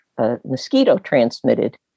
Mosquito-transmitted